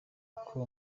uko